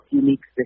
unique